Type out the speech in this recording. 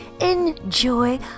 Enjoy